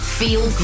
feel